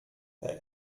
der